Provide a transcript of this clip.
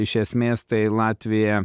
iš esmės tai latvija